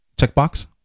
checkbox